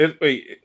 wait